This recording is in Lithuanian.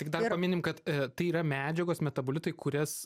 tik dar paminim kad tai yra medžiagos metabolitai kurias